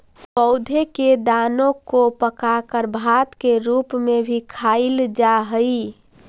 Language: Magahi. पौधों के दाने को पकाकर भात के रूप में भी खाईल जा हई